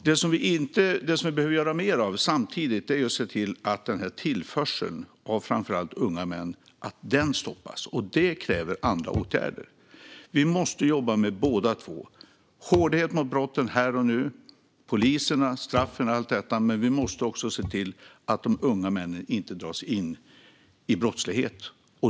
Det som vi samtidigt behöver göra mer av är att se till att tillförseln av framför allt unga män stoppas, och det kräver andra åtgärder. Vi måste jobba med båda delarna, både att visa hårdhet mot brotten här och nu - det handlar om polis, straff och allt detta - och att se till att de unga männen inte dras in i brottslighet.